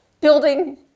building